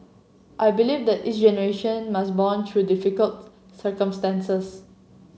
I believe that each generation must bond through different circumstances